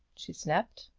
she snapped.